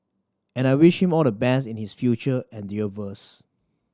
and I wish all the best in his future endeavours